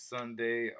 Sunday